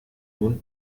nun